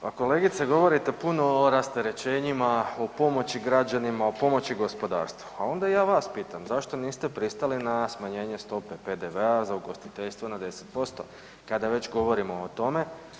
Pa kolegice, govorite puno o rasterećenjima, o pomoći građanima o pomoći gospodarstvu, a onda i ja vas pitam zašto niste pristali na smanjenje stope PDV-a za ugostiteljstvo na 10% kada već govorimo o tome.